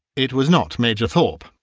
it was not major thorp,